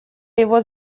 его